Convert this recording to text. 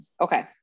Okay